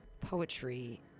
poetry